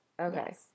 Okay